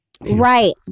Right